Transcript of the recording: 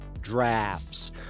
drafts